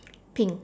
pink